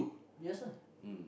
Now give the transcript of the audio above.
yes ah